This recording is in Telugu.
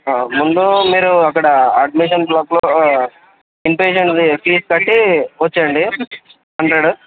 ముందు మీరు అక్కడ అడ్మిషన్ బ్లాక్లో ఇన్ పేషెంట్ది ఫీజ్ కట్టి వచ్చేయండి హండ్రెడ్